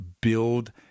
build